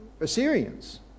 Assyrians